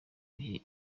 bihe